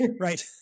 Right